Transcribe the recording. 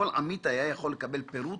כל עמית היה יכול לקבל פירוט